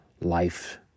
life